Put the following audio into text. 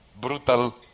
Brutal